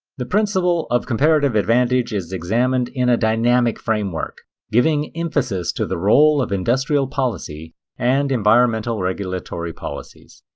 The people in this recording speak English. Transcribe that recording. the principle of comparative advantage is examined in a dynamic framework giving emphasis to the role of industrial policy and environmental regulatory policies.